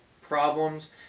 problems